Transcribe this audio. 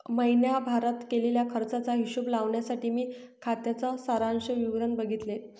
महीण्याभारत केलेल्या खर्चाचा हिशोब लावण्यासाठी मी खात्याच सारांश विवरण बघितले